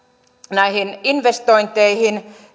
näihin investointeihin